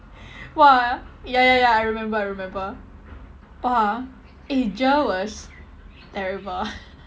!wah! ya ya ya I remember I remember !wah! eh GER was terrible